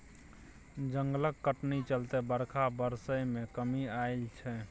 जंगलक कटनी चलते बरखा बरसय मे कमी आएल छै